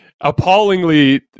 appallingly